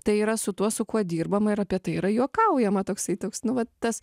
tai yra su tuo su kuo dirbama ir apie tai yra juokaujama toksai toks nu va tas